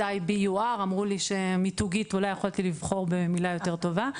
אמרו לי שמיתוגית אולי יכולתי לבחור במילה יותר טובה,